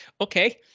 Okay